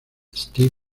steve